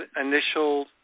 initial